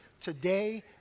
today